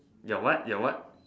ya what ya what